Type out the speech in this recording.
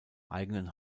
eigenen